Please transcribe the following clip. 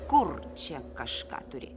kur čia kažką turi